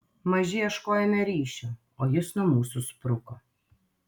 maži ieškojome ryšio o jis nuo mūsų spruko